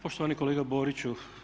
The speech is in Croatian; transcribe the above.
Poštovani kolega Boriću.